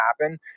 happen